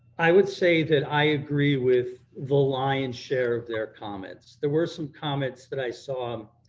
i would say that i agree with the lion's share of their comments. there were some comments that i saw um